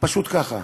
פשוט ככה.